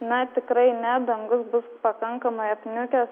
na tikrai ne dangus bus pakankamai apniukęs